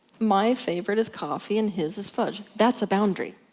my favorit is coffee and his is fudge. that's a boundary.